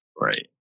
Right